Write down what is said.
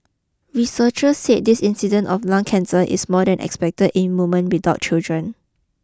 researcher said this incidence of lung cancer is more than expected in woman without children